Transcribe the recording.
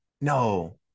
no